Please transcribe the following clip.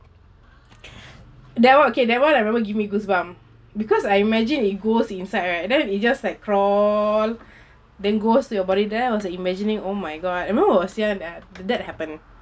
that [one] okay that [one] I remember give me goosebumps because I imagine it goes inside right then he just like crawl then goes to your body then I was like imagining oh my god I remember I was young when that that happen